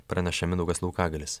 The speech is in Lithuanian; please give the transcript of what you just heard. praneša mindaugas laukagalis